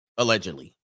allegedly